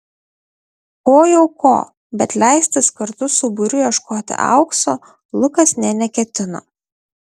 ko jau ko bet leistis kartu su būriu ieškoti aukso lukas nė neketino